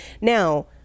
Now